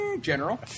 General